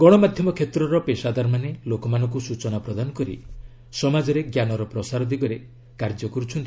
ଗଣମାଧ୍ୟମ କ୍ଷେତ୍ରର ପେଶାଦାରମାନେ ଲୋକମାନଙ୍କୁ ସୂଚନା ପ୍ରଦାନ କରି ସମାଜରେ ଜ୍ଞାନର ପ୍ରସାର ଦିଗରେ କାର୍ଯ୍ୟ କରୁଛନ୍ତି